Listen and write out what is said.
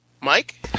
Mike